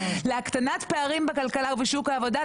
להקטנת פערים בכלכלה ובשוק העבודה,